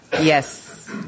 yes